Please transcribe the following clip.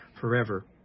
forever